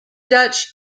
dutch